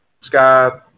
Sky